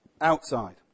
outside